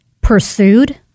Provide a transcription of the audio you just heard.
pursued